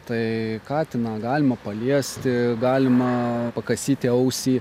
tai katiną galima paliesti galima pakasyti ausį